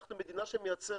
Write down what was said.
אנחנו מדינה שמייצרת,